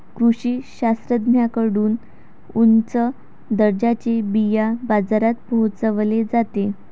कृषी शास्त्रज्ञांकडून उच्च दर्जाचे बिया बाजारात पोहोचवले जाते